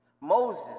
Moses